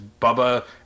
Bubba